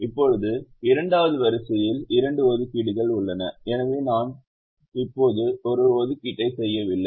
இப்போது 2 வது வரிசையில் 2 ஒதுக்கீடுகள் உள்ளன எனவே நான் இப்போது ஒரு ஒதுக்கீட்டை செய்யவில்லை